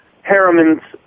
Harriman's